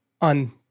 on